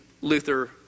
Luther